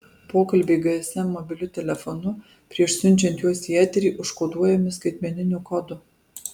pokalbiai gsm mobiliu telefonu prieš siunčiant juos į eterį užkoduojami skaitmeniniu kodu